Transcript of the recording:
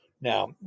Now